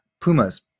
pumas